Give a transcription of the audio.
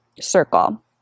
circle